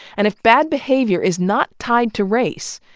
and if bad behavior is not tied to race,